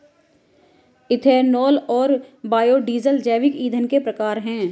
ethanol और biodiesel जैविक ईंधन के प्रकार है